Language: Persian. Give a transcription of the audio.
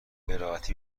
براحتی